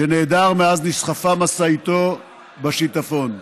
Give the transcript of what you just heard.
שנעדר מאז נסחפה משאיתו בשיטפון.